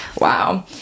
Wow